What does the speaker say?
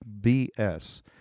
BS